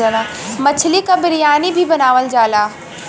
मछली क बिरयानी भी बनावल जाला